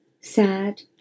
sad